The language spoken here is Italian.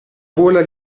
gola